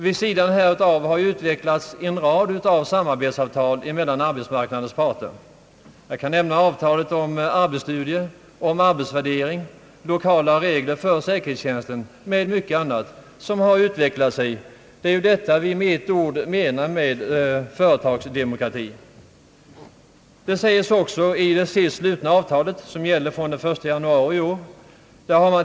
Vid sidan därav har utvecklats en rad samarbetsavtal mellan arbetsmarknadens parter — om arbetsstudier, arbetsvärdering, 1okala regler för säkerhetstjänsten och mycket annat. Det är ju allt detta vi innefattar i företagsdemokratin. Detta sägs också i det företagsnämndsavtal som gäller från den 1 januari i år.